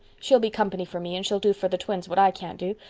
she'll be company for me and she'll do for the twins what i can't do,